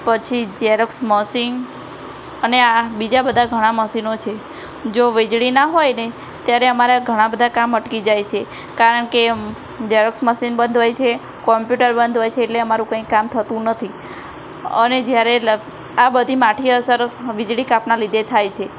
પછી xerox machine અને હા બીજા બધા ઘણા મશીનો છે જો વીજળી ના હોય ને ત્યારે અમારે ઘણાં બધાં કામ અટકી જાય છે કારણ કે ઝેરોક્ષ મશીન બંધ હોય છે કોંપ્યુટર બંધ હોય છે એટલે અમારું કંઇ કામ થતું નથી અને જ્યારે આ બધી માઠી અસર વીજળી કાપનાં લીધે થાય છે